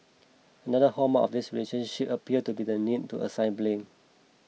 another hallmark of their relationship appeared to be the need to assign blame